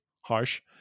harsh